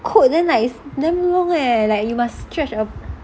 quote then like damn long eh like you must stretch across